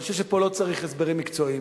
אבל אני חושב שפה לא צריך הסברים מקצועיים.